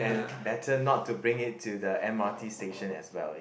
and better not to bring it to the m_r_t station as well ya